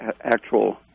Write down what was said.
actual